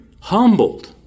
Humbled